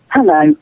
Hello